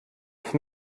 ich